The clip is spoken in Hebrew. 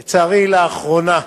לצערי, לאחרונה,